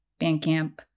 Bandcamp